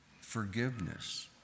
Forgiveness